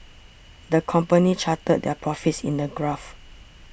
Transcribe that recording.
the company charted their profits in a graph